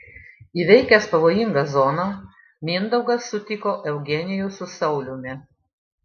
įveikęs pavojingą zoną mindaugas sutiko eugenijų su sauliumi